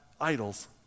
idols